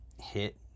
hit